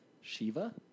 Shiva